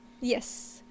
Yes